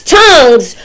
tongues